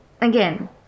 again